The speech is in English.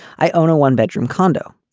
i own a one bedroom condo.